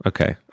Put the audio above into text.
Okay